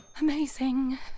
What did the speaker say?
Amazing